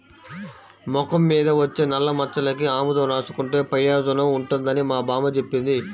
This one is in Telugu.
మొఖం మీద వచ్చే నల్లమచ్చలకి ఆముదం రాసుకుంటే పెయోజనం ఉంటదని మా బామ్మ జెప్పింది